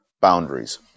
boundaries